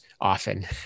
often